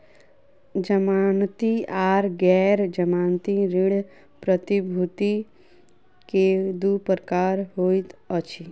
जमानती आर गैर जमानती ऋण प्रतिभूति के दू प्रकार होइत अछि